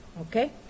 Okay